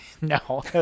No